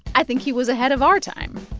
i think he was ahead of our time